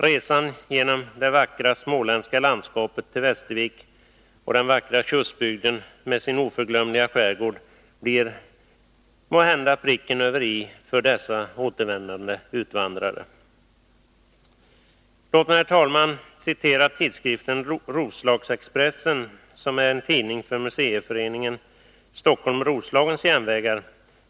Resan genom det vackra småländska landskapet till Västervik och den vackra Tjustbygden med sin oförglömliga skärgård blir måhända pricken över i för dessa återvändande utvandrare. Låt mig, herr talman, citera tidsskriften Roslags Expressen, som är en tidning för museiföreningen Stockholm-Roslagen Järnvägar.